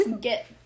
get